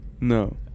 No